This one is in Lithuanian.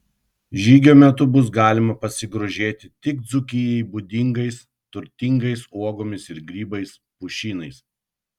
žygio metu bus galima pasigrožėti tik dzūkijai būdingais turtingais uogomis ir grybais pušynais